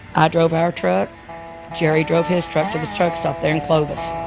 ah drove our truck jerry drove his truck to the truck stop there in clovis.